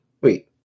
Wait